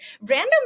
Random